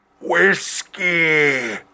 Whiskey